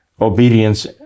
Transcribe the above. obedience